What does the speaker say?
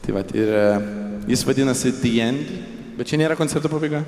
tai vat ir jis vadinasi tie bet čia nėra koncerto pabaiga